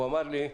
הוא אמר ל: